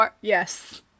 Yes